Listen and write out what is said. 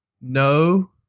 No